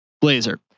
blazer